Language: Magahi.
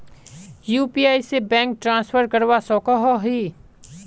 यु.पी.आई से बैंक ट्रांसफर करवा सकोहो ही?